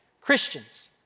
Christians